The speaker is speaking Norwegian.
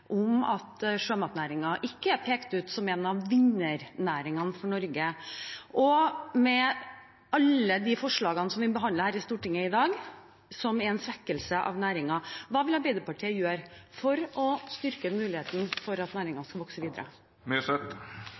om at sjømatnæringen ikke er pekt ut som en av vinnernæringene for Norge, og med alle de forslagene som vi behandler her i Stortinget i dag som er en svekkelse av næringen – hva vil Arbeiderpartiet gjøre for å styrke muligheten for at næringen skal vokse